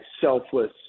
selfless